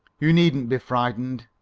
you needn't be frightened.